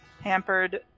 Hampered